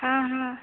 हाँ हाँ